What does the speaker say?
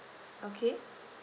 okay